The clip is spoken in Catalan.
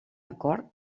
acord